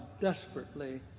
desperately